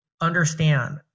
understand